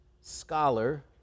scholar